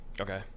Okay